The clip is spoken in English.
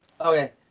Okay